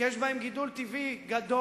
כי יש בהן גידול טבעי גדול,